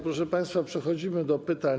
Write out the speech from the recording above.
Proszę państwa, przechodzimy do pytań.